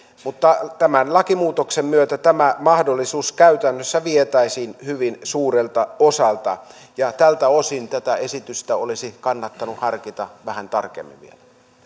mutta tämän lakimuutoksen myötä tämä mahdollisuus käytännössä vietäisiin hyvin suurelta osalta tältä osin tätä esitystä olisi kannattanut harkita vähän tarkemmin vielä